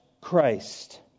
christ